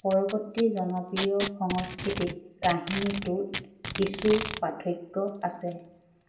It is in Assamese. পৰৱৰ্তী জনপ্ৰিয় সংস্কৃতিত কাহিনীটোত কিছু পাৰ্থক্য আছে